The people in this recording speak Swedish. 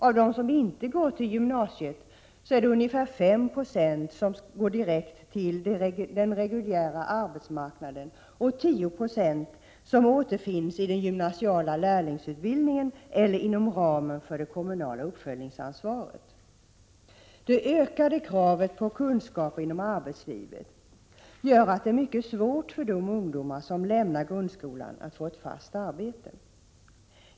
Av dem som inte går till gymnasiet skaffar sig 5 26 arbete på den reguljära arbetsmarknaden, och resterande 10 96 återfinns i den gymnasiala lärlingsutbildningen eller inom ramen för det kommunala uppföljningsansvaret. Det ökade kravet på kunskaper inom arbetslivet gör att det är mycket svårt för de ungdomar som lämnar grundskolan att få ett fast arbete.